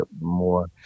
more